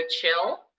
chill